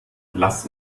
lass